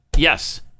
Yes